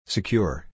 Secure